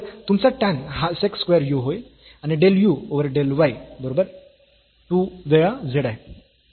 तर तुमचा tan हा sec स्क्वेअर u होईल आणि del u over del y बरोबर 2 वेळा z आहे